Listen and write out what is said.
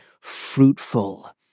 fruitful